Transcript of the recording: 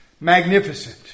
magnificent